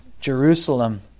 Jerusalem